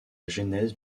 genèse